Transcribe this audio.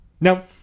Now